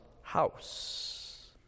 house